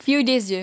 few days jer